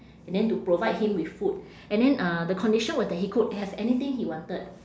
and then to provide him with food and then uh the condition was that he could have anything he wanted